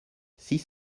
six